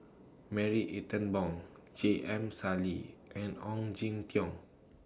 Marie Ethel Bong J M Sali and Ong Jin Teong